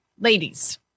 ladies